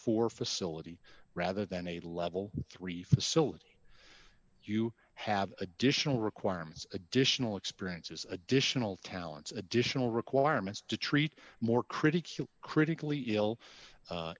four facility rather than a level three facility you have additional requirements additional experiences additional talents additional requirements to treat more critique critically ill